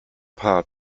paar